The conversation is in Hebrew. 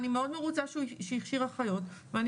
אני מאוד מרוצה שהוא הכשיר אחיות ואני